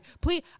Please